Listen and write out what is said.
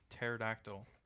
pterodactyl